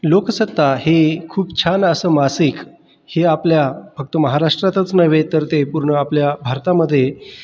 लोकसत्ता हे खूप छान असं मासिक हे आपल्या फक्त महाराष्ट्रातच नव्हे तर ते पूर्ण आपल्या भारतामध्ये